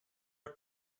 are